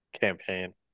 campaign